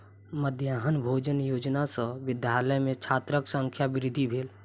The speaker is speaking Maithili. मध्याह्न भोजन योजना सॅ विद्यालय में छात्रक संख्या वृद्धि भेल